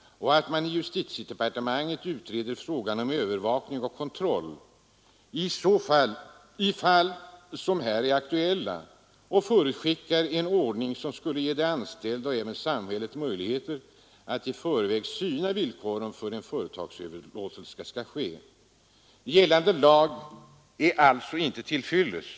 och nämner att man i justitiedepartementet utreder frågan om övervakning och kontroll i fall som här är aktuella. Han förutskickar en ordning som skulle ge de anställda och även samhället möjligheter att i förväg syna villkoren för en företagsöverlåtelse. Gällande lag är alltså inte till fyllest.